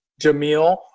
Jamil